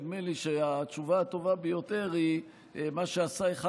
נדמה לי שהתשובה הטובה ביותר היא מה שעשה אחד